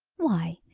why,